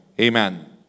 Amen